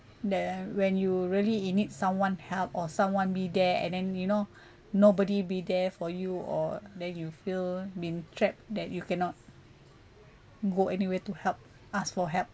that when you really in need someone help or someone be there and then you know nobody be there for you or then you feel been trapped that you cannot go anywhere to help ask for help